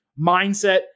mindset